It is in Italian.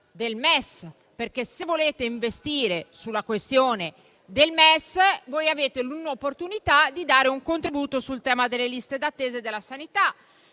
del MES, perché, se volete investire sulla questione del MES, avete l'opportunità di dare un contributo sul tema delle liste d'attesa e della sanità.